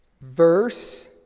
verse